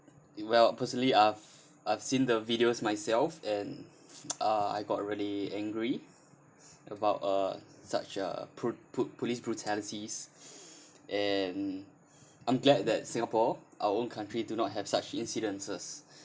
you well personally I've I've seen the videos myself and uh I got really angry about uh such a brut~ po~ police brutalities and I'm glad that singapore our own country do not have such incidences